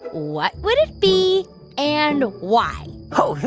what would it be and why? oh,